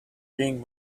being